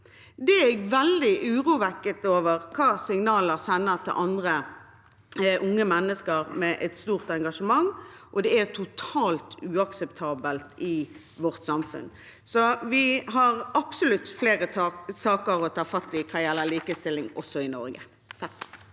Det er veldig urovekkende hvilke signaler dette sender til andre unge mennesker med et stort engasjement, og det er totalt uakseptabelt i vårt samfunn. Vi har altså absolutt flere saker å ta fatt i hva gjelder likestilling, også i Norge.